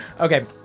Okay